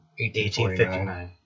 1859